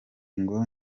ngo